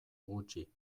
gutxi